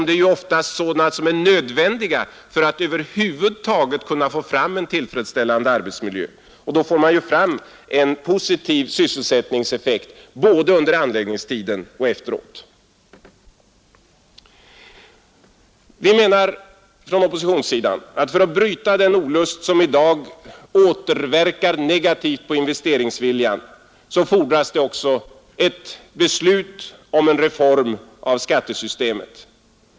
Det är oftast sådana som är nödvändiga för att man över huvud taget skall kunna få fram en tillfredställande arbetsmiljö; då når man också en positiv sysselsättningseffekt både under anläggningstiden och efteråt. Vi menar från oppositionssidan att för att bryta den olust som i dag återverkar negativt på investeringsviljan fordras det också ett beslut om en reform av skattesystemet.